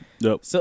Nope